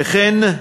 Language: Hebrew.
וכן,